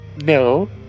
No